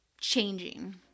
changing